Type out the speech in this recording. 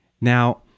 Now